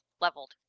leveled